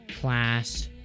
class